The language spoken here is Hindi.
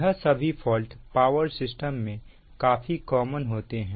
यह सभी फॉल्ट पावर सिस्टम में काफी कॉमन होते हैं